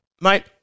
Mate